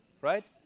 right